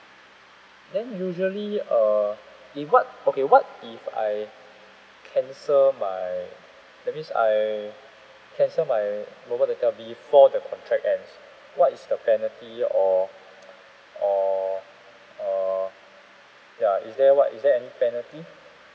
then usually uh if what okay what if I cancel my that means I cancel my mobile data before the contract ends what is the penalty or or or ya is there what is there any penalty